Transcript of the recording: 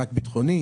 מענק ביטחוני,